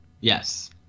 Yes